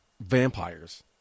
vampires